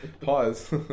Pause